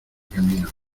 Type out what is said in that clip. camino